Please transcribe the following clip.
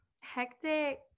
Hectic